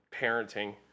parenting